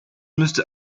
müsste